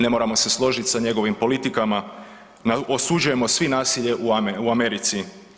Ne moramo se složiti sa njegovim politikama, osuđujemo svi nasilje u Americi.